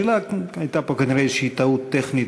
הייתה פה כנראה איזושהי טעות טכנית,